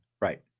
Right